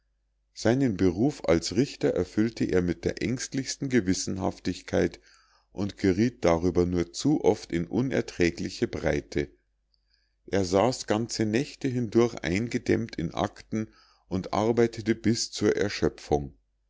seinen beruf als richter erfüllte er mit der ängstlichsten gewissenhaftigkeit und gerieth darüber nur zu oft in unerträgliche breite er saß ganze nächte hindurch eingedämmt in akten und arbeitete bis zur erschöpfung